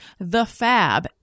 thefab